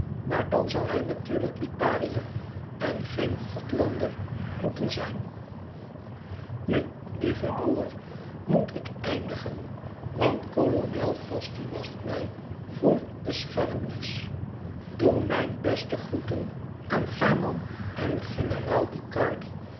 maar dan zoû hij natuurlijk lipariër en geen gothlander moeten zijn nu lieve broêr moet ik eindigen want kolonel fasti wacht mij voor de schermles doe mijn beste groeten aan herman en generaal ducardi